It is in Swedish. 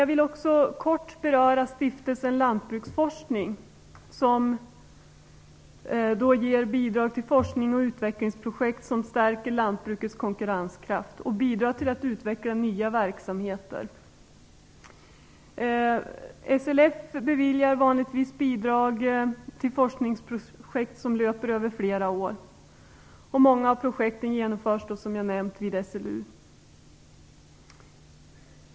Jag vill också kortfattat beröra Stiftelsen Lantbruksforskning, som ger bidrag till forskning och utvecklingsprojekt som stärker lantbrukets konkurrenskraft och bidrar till att utveckla nya verksamheter. SLF beviljar vanligtvis bidrag till forskningsprojekt som löper över flera år. Många av projekten genomförs, som jag har nämnt, vid SLU.